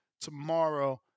tomorrow